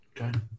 Okay